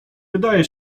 wydaje